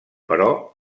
però